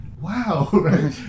wow